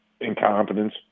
incompetence